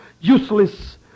useless